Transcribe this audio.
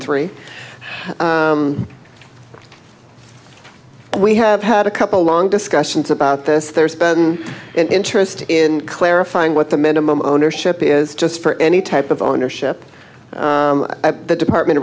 three we have had a couple long discussions about this there's been an interest in clarifying what the minimum ownership is just for any type of ownership the department